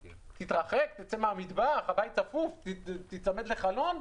תתרחק, תצא מהמטבח, הבית צפוף, תיצמד לחלון.